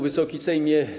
Wysoki Sejmie!